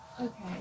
Okay